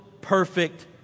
perfect